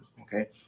okay